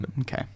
Okay